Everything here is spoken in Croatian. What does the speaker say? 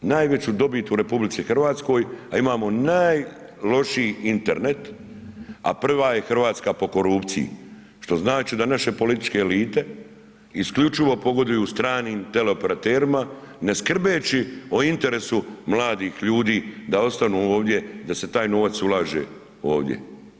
Najveću dobit u RH, a imamo najlošiji Internet, a prva je Hrvatska po korupciji, što znači da naše političke elite isključivo pogoduju stranim teleoperaterima ne skrbeći o interesu mladih ljudi da ostanu ovdje i da se taj novac ulaže ovdje.